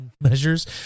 measures